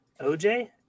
OJ